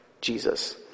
Jesus